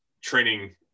training